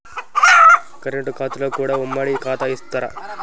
Current ఖాతాలో కూడా ఉమ్మడి ఖాతా ఇత్తరా?